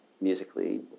musically